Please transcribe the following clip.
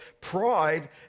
pride